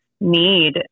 need